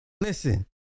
Listen